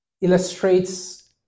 illustrates